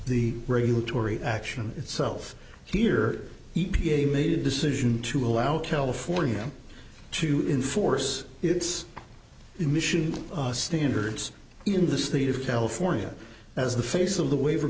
the regulatory action itself here e p a made a decision to allow california to enforce its emission standards in the state of california as the face of the waiver